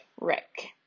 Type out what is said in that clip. Rick